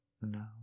No